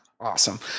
Awesome